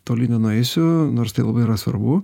toli nenueisiu nors tai labai yra svarbu